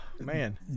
Man